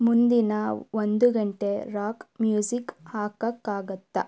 ಮುಂದಿನ ಒಂದು ಗಂಟೆ ರಾಕ್ ಮ್ಯೂಸಿಕ್ ಹಾಕೋಕ್ಕಾಗುತ್ತಾ